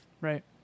Right